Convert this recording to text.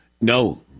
no